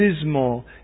dismal